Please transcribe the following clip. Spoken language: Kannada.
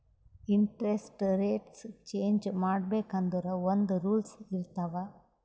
ಇಂಟರೆಸ್ಟ್ ರೆಟ್ಸ್ ಚೇಂಜ್ ಮಾಡ್ಬೇಕ್ ಅಂದುರ್ ಒಂದ್ ರೂಲ್ಸ್ ಇರ್ತಾವ್